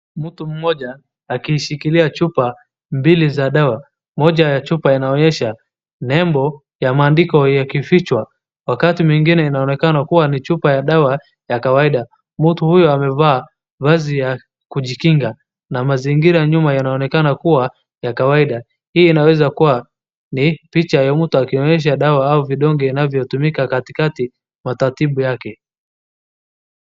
Mtu mmoja akishikilia chupa mbili za dawa, moja ya chupa inaonyesha nembo ya maandiko yakifichwa wakati mengine inaonekana kuwa ni chupa ya dawa ya kawaida. Mtu huyu amevaa vazi ya kujikinga na mazingira nyuma inaonekana kuwa ya kawaida, hii inaweza kuwa ni picha ya mtu akionyesha dawa au vidonge anavyotumika katikati matatibu yake.